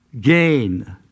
gain